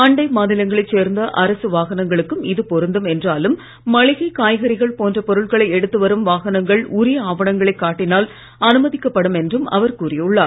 அண்டை மாநிலங்களை சேர்ந்த அரசு வாகனங்களுக்கும் இது பொருந்தும் என்றாலும் மளிகை காய்கறிகள் போன்ற பொருட்களை எடுத்து வரும் வாகனங்கள் உரிய ஆவணங்களை காட்டினால் அனுமதிக்கப்படும் என்றும் அவர் கூறியுள்ளார்